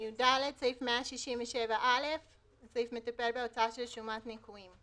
(יד)סעיף 167(א(; הסעיף מטפל בהוצאה של שומת ניכויים.